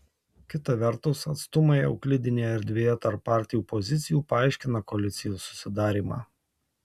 kita vertus atstumai euklidinėje erdvėje tarp partijų pozicijų paaiškina koalicijų susidarymą